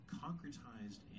concretized